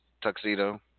tuxedo